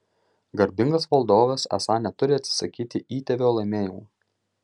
garbingas valdovas esą neturi atsisakyti įtėvio laimėjimų